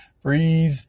Breathe